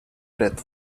death